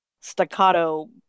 staccato